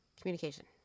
Communication